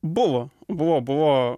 buvo buvo buvo